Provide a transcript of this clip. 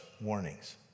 warnings